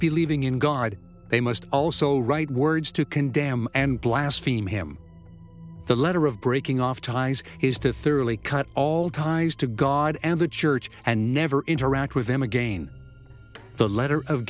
believing in god they must also write words to condemn and blast fim him the letter of breaking off ties is to thoroughly cut all ties to god and the church and never interact with them again the letter of